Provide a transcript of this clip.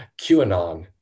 QAnon